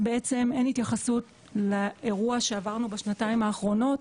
אין התייחסות לאירוע שעברנו בשנתיים האחרונות,